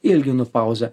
ilginu pauzę